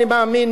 אני מאמין,